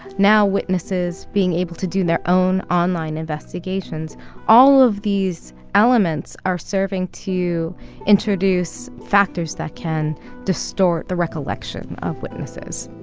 now witnesses being able to do their own online investigations all of these elements are serving to introduce factors that can distort the recollection of witnesses